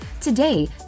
Today